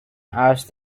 asked